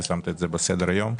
ששמת את זה על סדר היום.